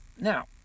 Now